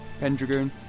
Pendragoon